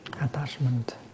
attachment